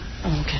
Okay